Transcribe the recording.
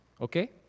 Okay